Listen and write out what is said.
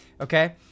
okay